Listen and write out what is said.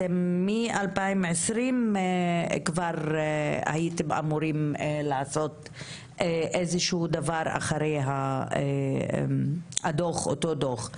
אתם מ-2020 כבר הייתם אמורים לעשות איזשהו דבר אחרי אותו דוח,